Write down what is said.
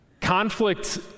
Conflict